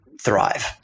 thrive